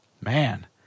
man